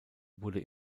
wurde